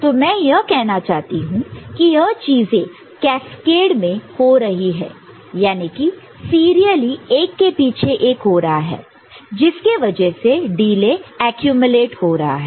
तो मैं यह कहना चाहती हूं कि यह चीजें कैस्केड में हो रही हैं यानी कि सीरियली एक के पीछे एक हो रहा है जिसके वजह से डिले एक्यूमलेट हो रहा है